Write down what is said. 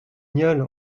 bagnole